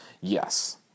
Yes